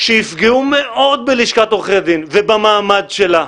שיפגעו מאוד בלשכת עורכי הדין ובמעמד שלה.